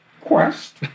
quest